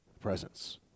Presence